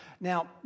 Now